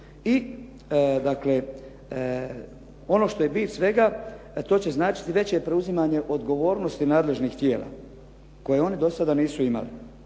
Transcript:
I dakle, ono što je bit svega to će značiti veće preuzimanje odgovornosti nadležnih tijela koje one do sada nisu imale.